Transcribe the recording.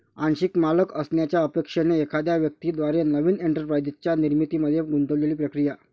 आंशिक मालक असण्याच्या अपेक्षेने एखाद्या व्यक्ती द्वारे नवीन एंटरप्राइझच्या निर्मितीमध्ये गुंतलेली प्रक्रिया